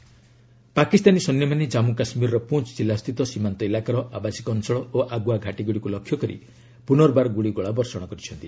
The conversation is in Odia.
JK ceasefire violation Pakistani ସୈନ୍ୟମାନେ ଜାମ୍ମୁ କାଶ୍ମୀରର ପୁଞ୍ ଜିଲ୍ଲା ସ୍ଥିତ ସୀମାନ୍ତ ଇଲାକାର ଆବାସିକ ଅଞ୍ଚଳ ଓ ଆଗୁଆ ଘାଟିଗୁଡ଼ିକୁ ଲକ୍ଷ୍ୟ କରି ପୁନର୍ବାର ଗୁଳିଗୋଳା ବର୍ଷଣ କରିଛନ୍ତି